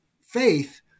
faith